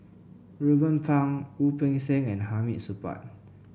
Ruben Pang Wu Peng Seng and Hamid Supaat